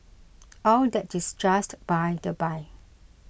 all that is just by the by